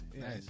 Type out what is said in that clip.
Nice